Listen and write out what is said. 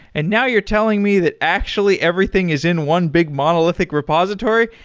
and now you're telling me that actually everything is in one big monolithic repository.